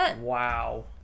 wow